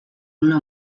una